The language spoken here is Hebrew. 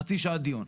חצי שעה דיון.